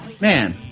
man